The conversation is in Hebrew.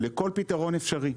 לכל פתרון אפשרי.